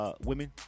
women